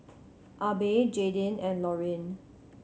Abe Jaydin and Lorine